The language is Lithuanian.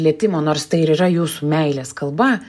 lietimo nors tai ir yra jūsų meilės kalba